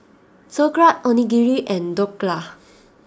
Sauerkraut Onigiri and Dhokla